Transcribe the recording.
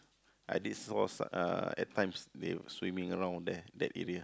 I did saw uh at times they swimming around there that area